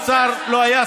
בדממה.